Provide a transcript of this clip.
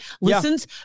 listens